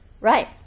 Right